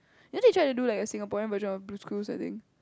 didn't they try to do like a Singaporean version of Blue's-Clues I think